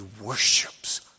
worships